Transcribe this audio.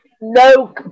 no